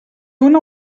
una